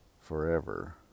forever